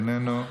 איננו,